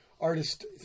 artist